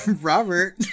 Robert